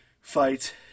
fight